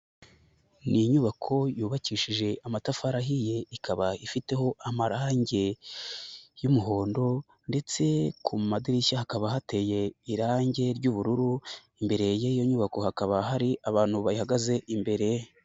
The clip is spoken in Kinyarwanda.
Ni inyubako yubakishije amatafari ahiye, ikaba ifiteho amarange y'umuhondo ndetse ku madirishya hakaba hateye irangi ry'ubururu, imbere y'iyo nyubako hakaba hari abantu bayihagaze imbere.